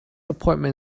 appointment